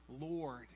lord